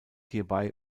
hierbei